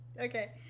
Okay